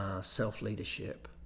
self-leadership